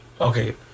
Okay